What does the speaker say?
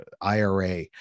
IRA